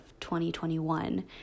2021